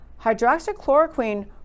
Hydroxychloroquine